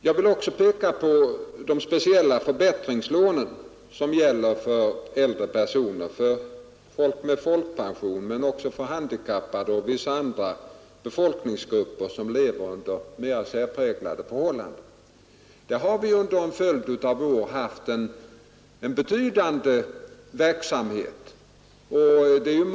Jag vill också peka på de speciella förbättringslån, som är avsedda för äldre personer med folkpension, för handikappade och för vissa andra befolkningsgrupper som lever under mera särpräglade förhållanden. Vi har under en följd av år haft en betydande verksamhet på detta område.